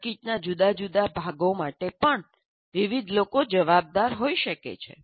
સર્કિટના જુદા જુદા ભાગો માટે પણ વિવિધ લોકો જવાબદાર હોઈ શકે છે